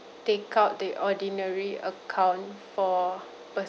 take out the ordinary account for personal